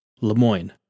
Lemoyne